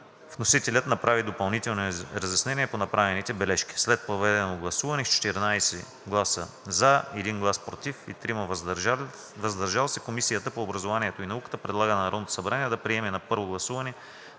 Вносителят направи допълнителни разяснения по направените бележки. След проведено гласуване с 14 гласа „за”, 1 глас „против” и 3 гласа „въздържал се” Комисията по образованието и науката предлага на Народното събрание да приеме на първо гласуване